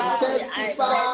testify